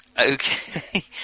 Okay